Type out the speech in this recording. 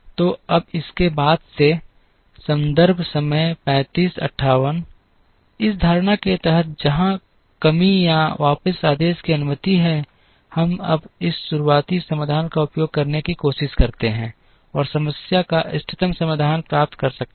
तो अब इसके बाद से इस धारणा के तहत जहां कमी या वापस आदेश की अनुमति है हम अब इस शुरुआती समाधान का उपयोग करने की कोशिश कर सकते हैं और समस्या का इष्टतम समाधान प्राप्त कर सकते हैं